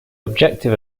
objective